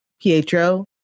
Pietro